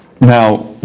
Now